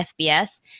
FBS